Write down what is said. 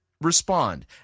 respond